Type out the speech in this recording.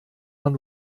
man